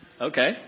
Okay